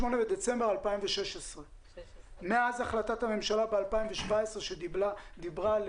בדצמבר 2016. מאז החלטת הממשלה ב-2017 שדיברה על